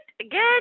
again